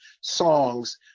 songs